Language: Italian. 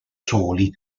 soli